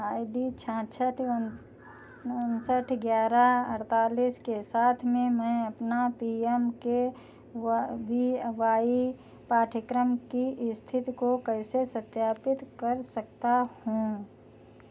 आई D छाछठ उनसठ ग्यारह अड़तालीस के साथ मैं अपने P M K V Y पाठ्यक्रम की स्थिति को कैसे सत्यापित कर सकता हूँ